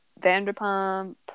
Vanderpump